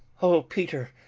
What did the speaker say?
o peter,